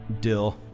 Dill